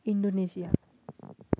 Indonesia